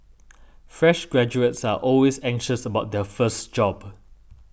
fresh graduates are always anxious about their first job